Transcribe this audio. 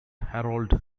harold